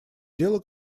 дело